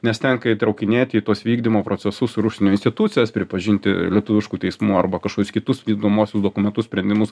nes tenka įtraukinėti į tuos vykdymo procesus ir užsienio institucijas pripažinti lietuviškų teismų arba kažkokius kitus vykdomuosius dokumentus sprendimus